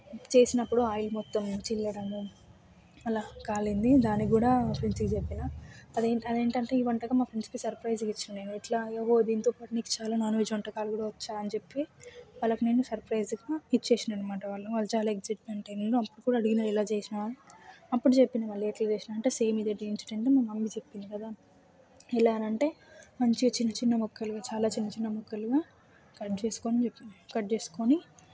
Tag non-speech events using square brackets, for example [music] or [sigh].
చేసినప్పుడు ఆయిల్ మొత్తం చిన్నగా కాలింది దాన్ని కూడా మంచిగా చెప్పిన అదేంటంటే అదేంటంటే ఈ వంటకం మా ఫ్రెండ్స్కి సర్ప్రైజ్ ఇచ్చా నేను ఎట్లా [unintelligible] నీకు చాలా నాన్ వెజ్ వంటకాలు కూడా వచ్చా అని చెప్పి వాళ్లకి నేను సర్ప్రైజ్ చెప్పిన ఇచ్చేసిన అనమాట వాళ్లు చాలా ఎక్సైట్మెంట్ అయ్యారు అప్పుడు అడిగినారు ఎలా చేసినావు అప్పుడు చెప్పిన వాళ్ళకి ఎట్ల చేసినానంటే సేమ్ ఇది ఒక ఇన్సిడెంట్ మా మమ్మీ చెప్పింది కదా ఎలా అని అంటే మంచిగా చిన్న చిన్న ముక్కలుగా చాలా చిన్న చిన్న ముక్కలుగా కట్ చేసుకో అని చెప్పిన కట్ చేసుకొని